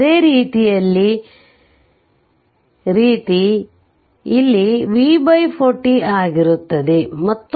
ಅದೇ ರೀತಿ ಇಲ್ಲಿ V 40 ಆಗಿರುತ್ತದೆ